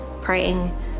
praying